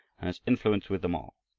has influence with them all.